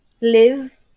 live